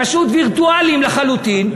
פשוט וירטואליים לחלוטין.